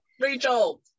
rachel